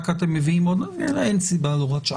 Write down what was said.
כי אתם מביאים עוד אין סיבה להוראת שעה.